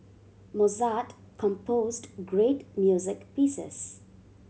Mozart composed great music pieces